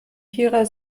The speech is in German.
vierer